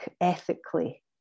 ethically